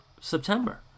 September